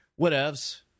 Whatevs